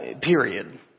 period